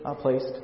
placed